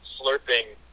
slurping